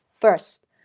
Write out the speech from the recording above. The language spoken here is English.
first